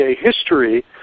history